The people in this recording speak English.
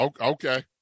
okay